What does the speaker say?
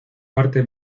parte